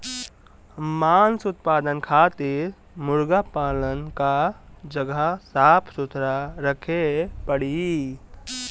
मांस उत्पादन खातिर मुर्गा पालन कअ जगह साफ सुथरा रखे के पड़ी